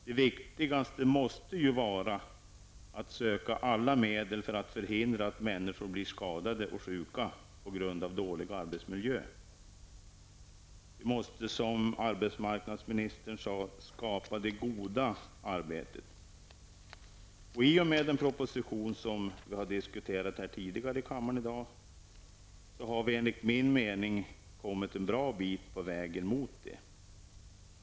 Det viktigaste måste ju vara att söka alla medel för att förhindra att människor blir skadade och sjuka på grund av dålig arbetsmiljö. Vi måste, som arbetsmarknadsministern sade, skapa det goda arbetet. I och med den proposition som tidigare i dag har diskuterats i kammaren har vi, enligt min mening, kommit en bra bit på vägen mot det målet.